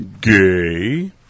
gay